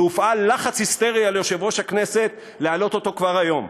והופעל לחץ היסטרי על יושב-ראש הכנסת להעלות אותו כבר היום.